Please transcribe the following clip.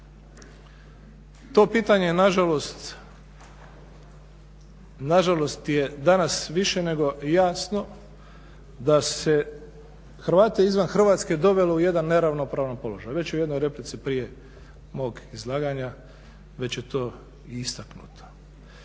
To pitanje nažalost je danas više nego jasno da se Hrvate izvan Hrvatske dovelo u jedan neravnopravan položaj, već je u jednoj replici prije mog izlaganja, već je to i istaknuto.